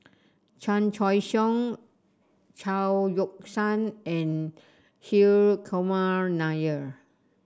Chan Choy Siong Chao Yoke San and Hri Kumar Nair